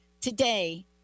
Today